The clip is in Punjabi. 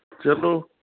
ਚਲੋ